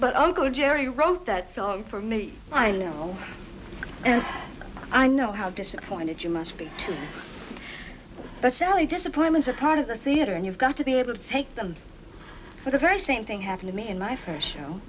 but uncle jerry wrote that song for me i know and i know how disappointed you must be but sally disappointments are part of the theater and you've got to be able to take them for the very same thing happened to me in my first show